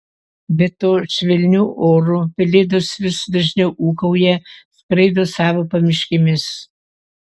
be to švelniu oru pelėdos vis dažniau ūkauja skraido savo pamiškėmis